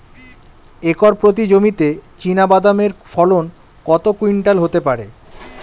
Acre প্রতি জমিতে চীনাবাদাম এর ফলন কত কুইন্টাল হতে পারে?